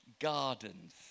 gardens